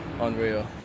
unreal